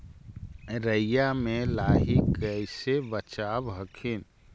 राईया के लाहि कैसे बचाब हखिन?